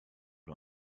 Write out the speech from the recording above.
him